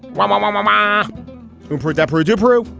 why? my, my, my. my ah and poor adepero dewberry.